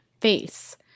face